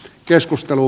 keskustelu